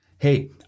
Hey